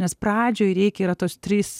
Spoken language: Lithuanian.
nes pradžioj reikia yra tos trys